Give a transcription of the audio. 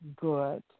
good